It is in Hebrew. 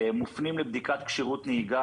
מופנים לבדיקת כשירות נהיגה,